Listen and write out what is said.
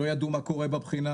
לא ידעו מה קורה בבחינה,